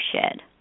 shared